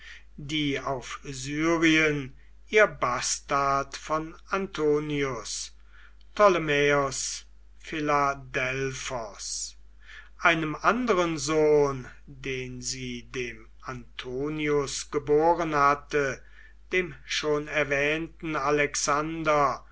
die auf syrien ihr bastard von antonius ptolemaeos philadelphos einem anderen sohn den sie dem antonius geboren hatte dem schon erwähnten alexander